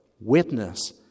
witness